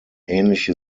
ähnliche